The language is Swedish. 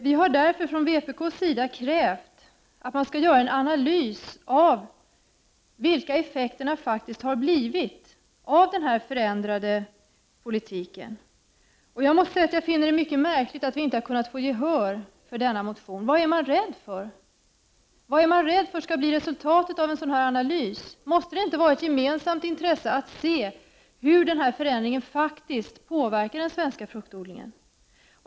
Vi har därför från vpk krävt att det skall göras en analys av effekterna av den förändrade politiken. Jag finner det mycket märkligt att vi inte har kunnat få gehör för denna motion. Vad är man rädd för skall 121 bli resultatet av en sådan här analys? Måste det inte vara ett gemensamt intresse att se hur denna förändring faktiskt påverkar den svenska fruktodlingen?